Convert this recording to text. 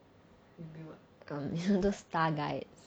erm you know those star guides